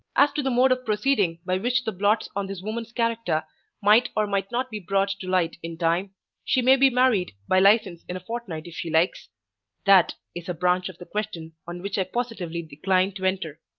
as to the mode of proceeding by which the blots on this woman's character might or might not be brought to light in time she may be married by license in a fortnight if she likes that is a branch of the question on which i positively decline to enter.